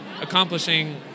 accomplishing